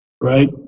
Right